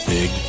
Big